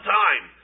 time